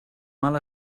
mal